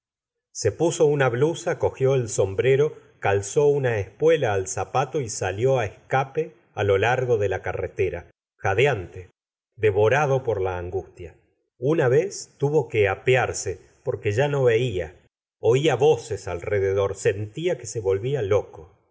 se puso la blusa cogió el sombrero calzó una espuela al zapato y salió á escape á lo largo de la carretera jadeante devorado por la angustia una vez tuvo que apea gustavo flaubert arse porque ya no veía oía voces alrededor sentia que se volvía loco